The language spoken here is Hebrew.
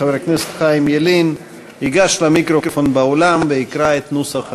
חבר הכנסת חיים ילין ייגש למיקרופון באולם ויקרא את נוסח השאילתה.